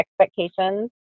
expectations